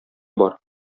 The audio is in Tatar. бар